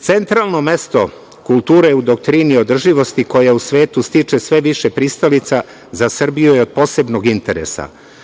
Centralno mesto kulture u doktrini održivosti, koja u svetu stiče sve više pristalica, za Srbiju je od posebnog interesa.